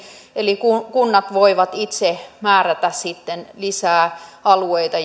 eli kunnat voivat itse määrätä sitten lisää alueita